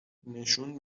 نشون